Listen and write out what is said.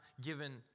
given